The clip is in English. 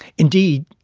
indeed,